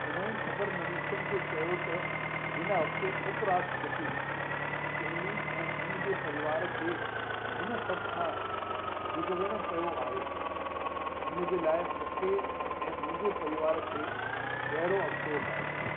उन्हनि ख़बरनवीसनि खे चयो त हिन हफ़्ते चेनी ऐं हुन जे परीवार खे हिन सभ खां गुज़रण पयो आहे हिन जे लाइ मूंखे ऐं मुंहिंजे परीवार खे गहिरो अफ़सोस आहे